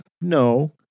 No